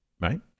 right